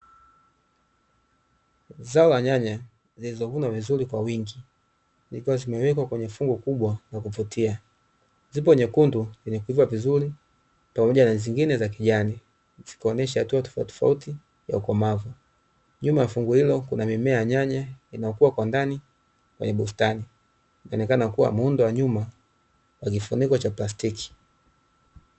Zao la nyanya zilizovunwa vizuri kwa wingi zikiwa zimewekwa kwenye fungu kubwa la kuvutia, zipo nyekundu zenye kuiva vizuri pamoja na zingine za kijani, zikionyesha hatua tofauti tofauti ya ukomavu. Nyuma ya fungu hilo kuna mimea ya nyanya inayokua kwa ndani kwenye bustani ikionekana kuwa muundo wa nyuma wa kifuniko cha plastiki.